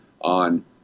on